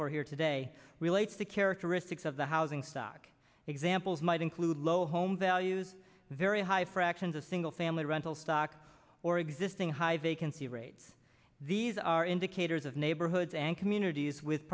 for here today relates to characteristics of the housing stock examples might include low home values very high fractions of single family rental stock or existing high vacancy rates these are indicators of neighborhoods and communities with